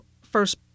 first